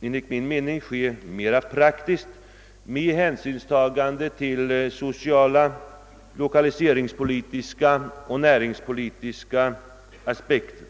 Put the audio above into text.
enligt min mening ske mera praktiskt, med hänsynstagande till so ciala, lokaliseringspolitiska och = näringspolitiska aspekter.